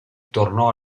tornò